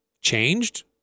changed